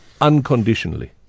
unconditionally